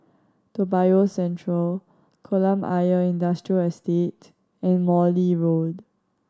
Toa Payoh Central Kolam Ayer Industrial Estate and Morley Road